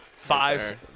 Five